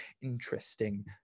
interesting